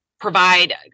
provide